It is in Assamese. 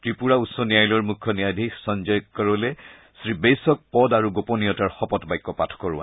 ত্ৰিপুৰা উচ্চ ন্যায়ালয়ৰ মুখ্য ন্যায়াধীশ সঞ্জয় কৰলে শ্ৰীবেইছক পদ আৰু গোপনীয়তাৰ শপত্বাক্য পাঠ কৰায়